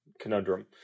conundrum